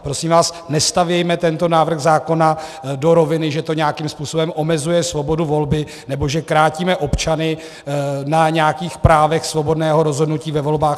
Prosím vás, nestavme tento návrh zákona do roviny, že to nějakým způsobem omezuje svobodu volby nebo že krátíme občany na nějakých právech svobodného rozhodnutí ve volbách.